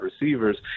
receivers